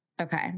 Okay